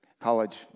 college